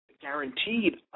guaranteed